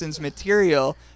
material